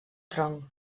tronc